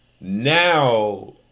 now